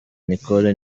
nicole